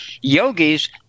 Yogis